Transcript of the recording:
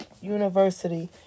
University